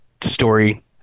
story